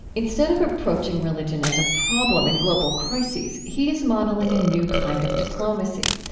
instead of approaching religion as a problem in global crises, he is modeling a new kind of diplomacy.